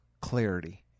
clarity